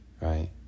Right